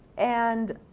and,